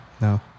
No